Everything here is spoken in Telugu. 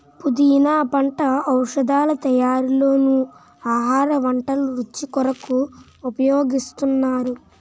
పుదీనా పంట ఔషధాల తయారీలోనూ ఆహార వంటల రుచి కొరకు ఉపయోగిస్తున్నారు